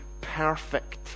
perfect